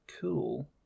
Cool